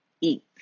Eat